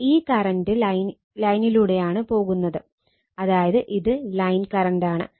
അപ്പോൾ ഈ കറണ്ട് ലൈനിലൂടെയാണ് പോകുന്നത് അതായത് ഇത് ലൈൻ കറണ്ട് ആണ്